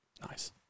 Nice